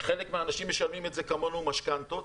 חלק מהאנשים משלמים עם זה כמונו משכנתאות.